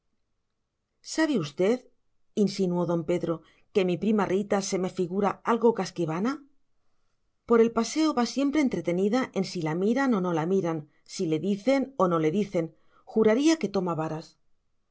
sabe usted insinuó don pedro que mi prima rita se me figura algo casquivana por el paseo va siempre entretenida en si la miran o no la miran si le dicen o no le dicen juraría que toma varas